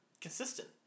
consistent